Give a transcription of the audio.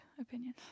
opinion